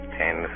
ten